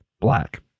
black